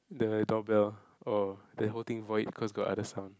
the door bell or the whole thing void cause got other sound